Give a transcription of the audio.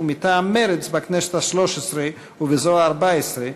ומטעם מרצ בכנסת השלוש-עשרה ובכנסת הארבע-עשרה,